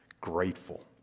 grateful